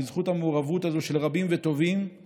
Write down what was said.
בזכות המעורבות הזאת של רבים וטובים,